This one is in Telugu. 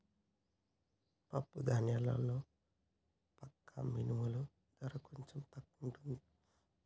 పప్పు ధాన్యాల్లో వక్క మినుముల ధర కొంచెం తక్కువుంటది